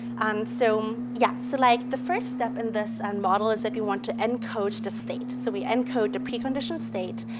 and so yeah, so like the first step in this and model is that we want to encode the state. so we encode the precondition state.